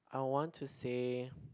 I want to say